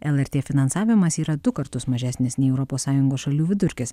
lrt finansavimas yra du kartus mažesnis nei europos sąjungos šalių vidurkis